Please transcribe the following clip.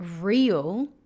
real